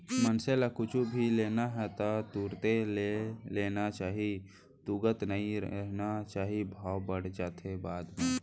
मनसे ल कुछु भी लेना हे ता तुरते ले लेना चाही तुगत नइ रहिना चाही भाव बड़ जाथे बाद म